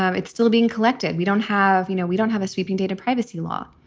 um it's still being collected. we don't have you know, we don't have a sweeping data privacy law.